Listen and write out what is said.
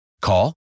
Call